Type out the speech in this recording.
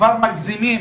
כבר מגזימים,